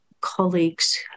colleagues